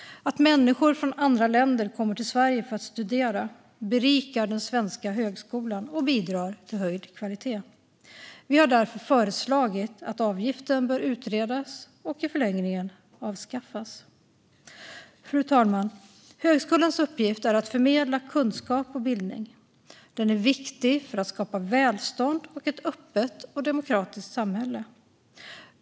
Att människor från andra länder kommer till Sverige för att studera berikar den svenska högskolan och bidrar till höjd kvalitet. Vi har därför föreslagit att avgiften ska utredas och i förlängningen avskaffas. Fru talman! Högskolans uppgift är förmedla kunskap och bildning. Den är viktig för att skapa välstånd och ett öppet och demokratiskt samhälle.